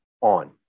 on